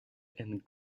and